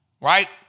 right